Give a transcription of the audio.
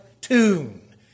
tune